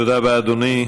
תודה רבה, אדוני.